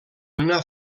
una